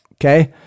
Okay